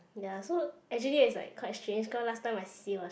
ya so actually it's like quite strange cause last time I see was